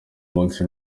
munsi